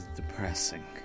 depressing